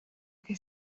che